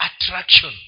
attraction